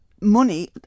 money